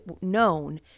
known